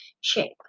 shape